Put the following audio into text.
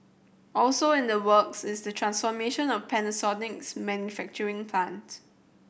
also in the works is the transformation of Panasonic's manufacturing plant